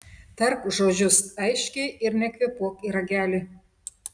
tark žodžius aiškiai ir nekvėpuok į ragelį